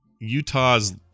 Utah's